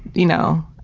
you know,